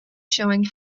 showing